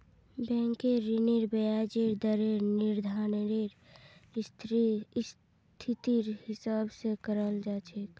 बैंकेर ऋनेर ब्याजेर दरेर निर्धानरेर स्थितिर हिसाब स कराल जा छेक